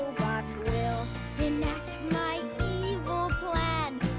will enact my evil plan!